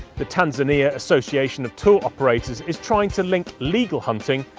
the tanzania association of tour operators is trying to link legal hunting,